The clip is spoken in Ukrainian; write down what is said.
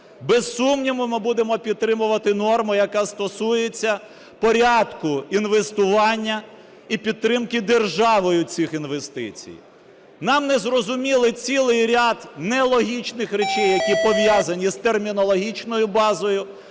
Без сумніву, ми будемо підтримувати норму, яка стосується порядку інвестування і підтримки державою цих інвестицій. Нам незрозумілий цілий ряд нелогічних речей, які пов'язані з термінологічною базою,